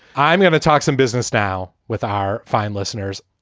i'm going to talk some business now with our fine listeners.